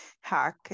hack